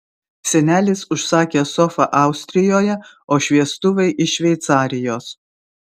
senelis užsakė sofą austrijoje o šviestuvai iš šveicarijos